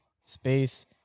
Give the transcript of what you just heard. space